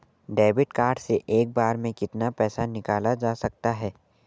Debit card से एक बार में कितना पैसा निकाला जा सकता है?